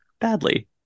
badly